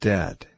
Dead